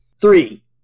Three